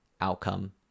outcome